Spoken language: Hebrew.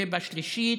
ובשלישית,